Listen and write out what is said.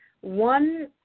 one